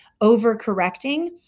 overcorrecting